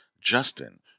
justin